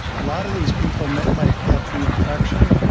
a lot of these people might might get the infection,